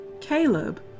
caleb